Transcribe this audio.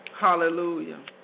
Hallelujah